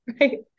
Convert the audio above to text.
right